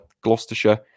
Gloucestershire